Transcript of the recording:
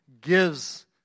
gives